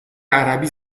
عربی